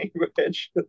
language